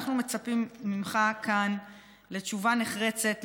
אנחנו מצפים ממך כאן לתשובה נחרצת,